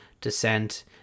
descent